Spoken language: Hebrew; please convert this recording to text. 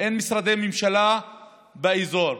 אין משרדי ממשלה באזור,